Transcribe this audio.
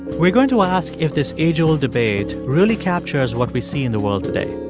we're going to ask if this age-old debate really captures what we see in the world today.